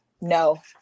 no